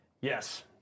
Yes